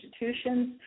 institutions